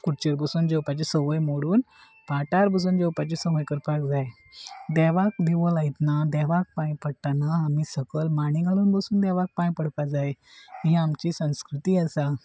खुरचेर बसून जेवपाची संवय मोडून पाठार बसून जेवपाची संवय करपाक जाय देवाक दिव लायतना देवाक पांय पडटना आमी सकयल मांडी घालून बसून देवाक पांय पडपाक जाय ही आमची संस्कृती आसा